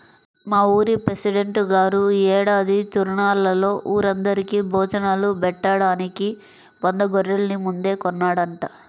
మా ఊరి పెసిడెంట్ గారు యీ ఏడాది తిరునాళ్ళలో ఊరందరికీ భోజనాలు బెట్టడానికి వంద గొర్రెల్ని ముందే కొన్నాడంట